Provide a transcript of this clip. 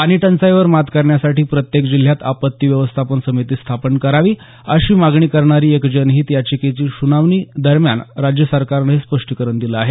पाणी टंचाईवर मात करण्यासाठी प्रत्येक जिल्ह्यात आपत्ती व्यवस्थापन समिती स्थापन करावी अशी मागणी करणाऱ्या एक जनहित याचिकेची सुनावणी दरम्यान राज्यसरकारनं हे स्पष्टीकरण दिलं आहे